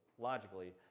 logically